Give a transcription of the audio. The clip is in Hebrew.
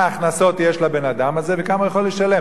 הכנסות יש לבן-אדם הזה וכמה הוא יכול לשלם,